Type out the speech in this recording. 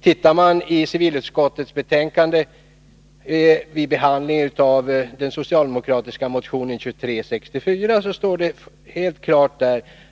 Tittar man i civilutskottets betänkande finner man vid behandling av den socialdemokratiska motionen 2364 att det står helt klart